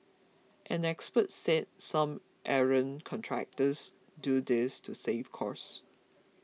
an expert said some errant contractors do this to save costs